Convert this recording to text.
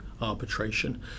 arbitration